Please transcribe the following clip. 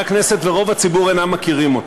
הכנסת ורוב הציבור אינם מכירים אותה.